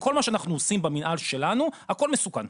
וכל מה שאנחנו עושים במנהל שלנו הכל מסוכן,